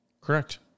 correct